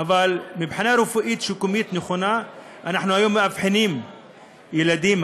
אבל מבחינה רפואית-שיקומית נכונה אנחנו היום מאבחנים ילדים,